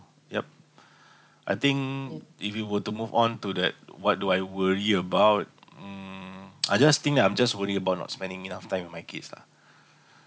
yup I think if you were to move on to that what do I worry about mm I just think that I'm just worried about not spending enough time with my kids lah